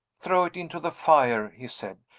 throw it into the fire, he said,